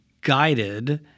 guided